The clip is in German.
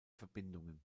verbindungen